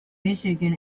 michigan